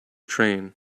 train